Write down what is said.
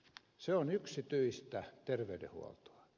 se on yksityistä terveydenhuoltoa